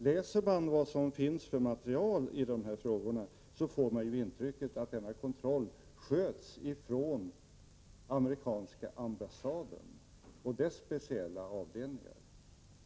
Läser man det material som finns i de här frågorna, får man intrycket att denna kontroll sköts från amerikanska ambassaden och dess speciella avdelning här.